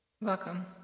Welcome